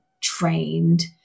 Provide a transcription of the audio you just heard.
trained